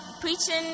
preaching